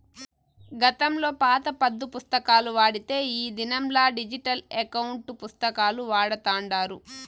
గతంలో పాత పద్దు పుస్తకాలు వాడితే ఈ దినంలా డిజిటల్ ఎకౌంటు పుస్తకాలు వాడతాండారు